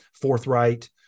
forthright